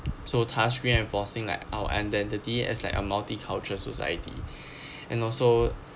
so touchy enforcing at our identity as like a multicultural society and also